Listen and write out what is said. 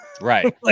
Right